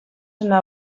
una